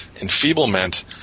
enfeeblement